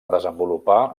desenvolupar